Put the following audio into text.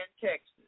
Texas